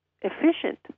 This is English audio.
efficient